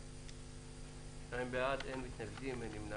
הצבעה בעד, 2 נגד, אין נמנעים,